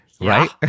right